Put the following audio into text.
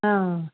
অ